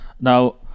Now